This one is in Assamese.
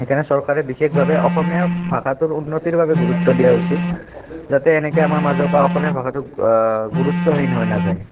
সেইকাৰণে চৰকাৰে বিশেষভাৱে অসমীয়া ভাষাটোৰ উন্নতিৰ বাবে গুৰুত্ব দিয়া উচিত যাতে এনেকৈ আমাৰ মাজৰ পৰা অসমীয়া ভাষাটো গুৰুত্বহীন হৈ নাযায়